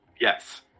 Yes